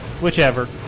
Whichever